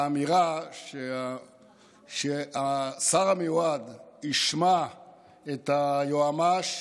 האמירה שהשר המיועד ישמע את היועמ"ש